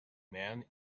men